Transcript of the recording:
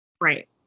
Right